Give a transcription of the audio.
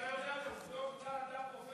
אתה יודע את העובדות, אתה פרופסור.